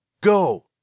Go